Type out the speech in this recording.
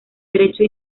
derecho